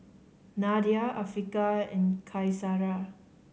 Nadia Afiqah and Qaisara